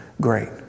great